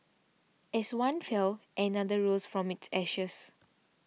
as one fell another rose from its ashes